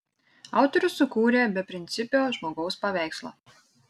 autorius sukūrė beprincipio žmogaus paveikslą